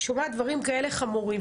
שומעת דברים כאלה חמורים,